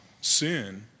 sin